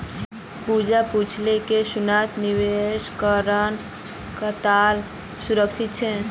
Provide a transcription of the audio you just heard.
पूजा पूछले कि सोनात निवेश करना कताला सुरक्षित छे